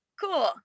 cool